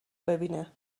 ببینه